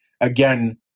again